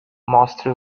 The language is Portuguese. mostre